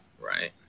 right